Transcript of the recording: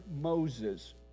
Moses